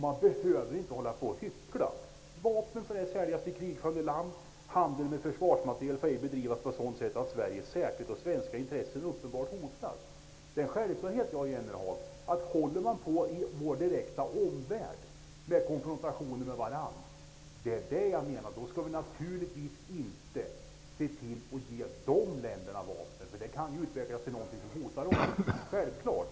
Man behöver inte hålla på och hyckla. Vapen får ej säljas till krigförande land. Handel med försvarsmateriel får ej bedrivas på sådant sätt att Sveriges säkerhet och svenska intressen uppenbart hotas. Om det förekommer konfrontationer i vår direkta omvärld skall vi naturligtvis inte ge de länderna vapen. Det kan utvecklas till någonting som hotar oss. Det är en självklarhet.